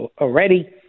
already